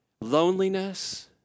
Loneliness